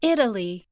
Italy